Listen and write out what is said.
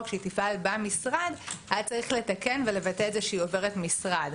שהיא תפעל במשרד היה צריך לתקן ולבטא את זה שהיא עוברת משרד.